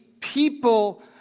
people